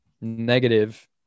negative